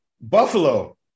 Buffalo